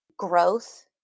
growth